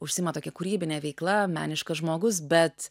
užsiima tokia kūrybine veikla meniškas žmogus bet